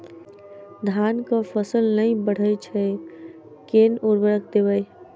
धान कऽ फसल नै बढ़य छै केँ उर्वरक देबै?